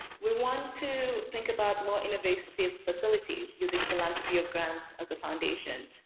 we want to think about more innovative facilities using philanthropy or grant as a foundation.